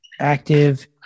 active